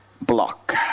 block